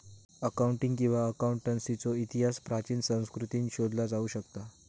accounting किंवा अकाउंटन्सीचो इतिहास प्राचीन संस्कृतींत शोधला जाऊ शकता